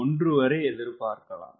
1 வரை எதிர்பார்க்கலாம்